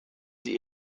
sie